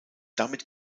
damit